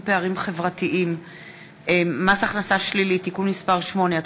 פערים חברתיים (מס הכנסה שלילי) (תיקון מס' 8),